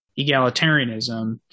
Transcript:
egalitarianism